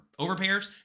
overpairs